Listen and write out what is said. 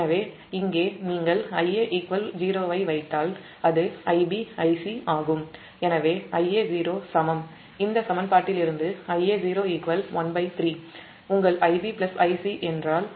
எனவே இங்கே Ia 0 ஐ வைத்தால் அது Ib Ic ஆகும் எனவே Ia0 சமம் இந்த சமன்பாட்டிலிருந்து Ia0 13 உங்கள் Ib Ic என்றால் Ib Ic 3 Ia0